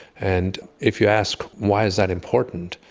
and if you ask why is that important,